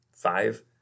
five